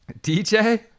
DJ